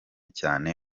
cyane